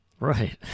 Right